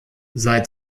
seit